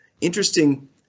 interesting